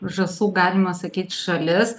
žąsų galima sakyt šalis